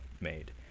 made